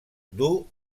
duu